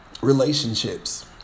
Relationships